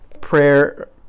prayer